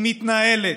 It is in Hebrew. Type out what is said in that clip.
היא מתנהלת.